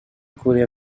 korea